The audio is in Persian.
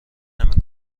نمی